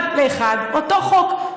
אחד לאחד, אותו חוק.